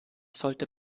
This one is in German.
sollte